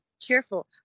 cheerful